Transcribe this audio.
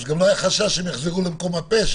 אז גם לא היה חשש שהם יחזרו למקום הפשע.